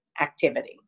activity